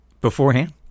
beforehand